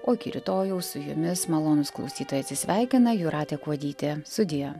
o iki rytojaus su jumis malonūs klausytojai atsisveikina jūratė kuodytė sudie